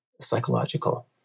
psychological